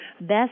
best